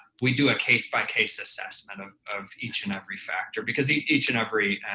we do a case by case assessment of of each and every factor because each each and every